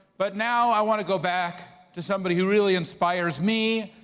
but now i wanna go back to somebody who really inspires me,